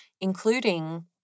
including